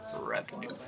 revenue